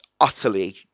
utterly